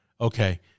okay